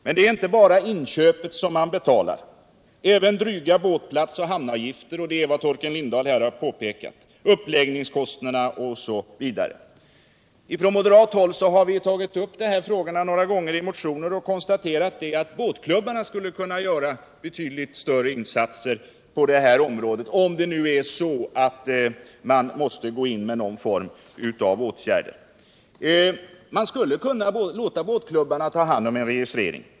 Men det är inte bara inköpet som kostar — det är även dryga båtplats och hamnavgilter. uppläggningskostnader osv., som Torkel Lindahl har påpekat. Från moderat håll har vi tagit upp dessa frågor några gånger i motioner och vi har konstaterat att båtklubbarna skulle kunna göra betydligt större insatser på området. om man nu måste gå in med någon form av åtgärder. Man skulle kunna låta båtklubbarna ta hand om en registrering.